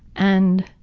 and